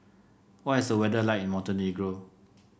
what is the weather like in Montenegro